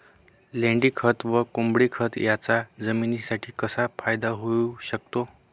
लेंडीखत व कोंबडीखत याचा जमिनीसाठी कसा फायदा होऊ शकतो?